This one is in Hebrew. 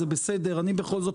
אני אברך אותו.